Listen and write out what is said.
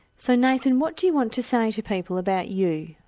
so nathan what do you want to say to people about you?